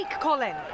Colin